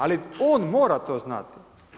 Ali on mora to znati.